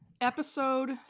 episode